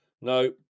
no